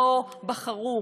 לא בחרו,